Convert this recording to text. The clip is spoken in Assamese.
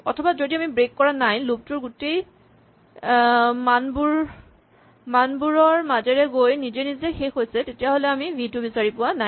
অথবা যদি আমি ব্ৰেক কৰা নাই লুপ টো গোটেই মানবোৰৰ মাজেৰে গৈ নিজে নিজে শেষ হৈছে তেতিয়াহ'লে আমি ভি টো বিচাৰি পোৱা নাই